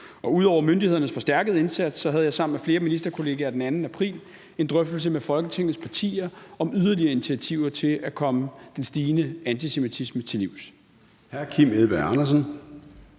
Ud over myndighedernes forstærkede indsats havde jeg sammen med flere ministerkollegaer den 2. april en drøftelse med Folketingets partier om yderligere initiativer til at komme den stigende antisemitisme til livs.